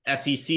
SEC